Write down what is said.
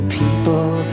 people